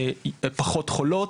פחות חולות,